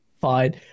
fine